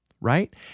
Right